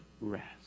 rest